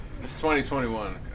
2021